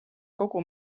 kogu